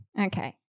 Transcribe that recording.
Okay